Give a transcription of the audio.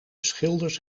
schilders